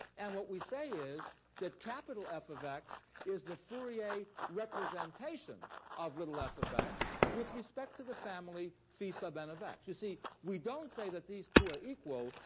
and what we say is that capital f of x is the fourier representation of little f of x with respect to the family phi sub n of x. you see, we don't say that these two are equal.